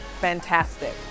fantastic